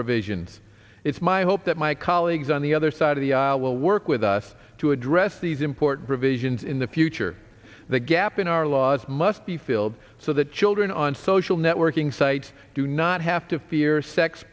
provisions it's my hope that my colleagues on the other side of the aisle will work with us to address these important provisions in the future the gap in our laws must be filled so that children on social networking sites do not have to fear sex